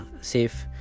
Safe